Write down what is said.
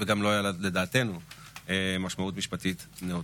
אני רק רוצה להזכיר שהוא דיבר על נתניהו כאסון למדינה.